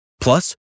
Plus